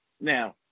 Now